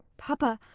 papa,